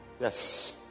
Yes